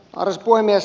arvoisa puhemies